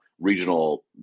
regional